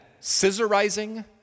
scissorizing